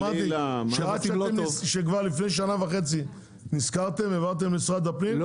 אמרתי שכבר לפני שנה וחצי נזכרתם והעברתם למשרד הפנים,